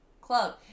club